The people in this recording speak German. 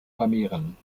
vermehren